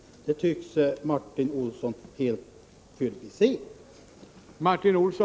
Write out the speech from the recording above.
Det tycks Martin Olsson helt förbise.